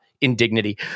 indignity